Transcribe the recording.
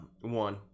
one